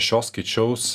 šio skaičiaus